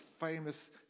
famous